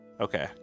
okay